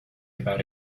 about